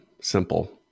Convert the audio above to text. Simple